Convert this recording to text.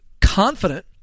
confident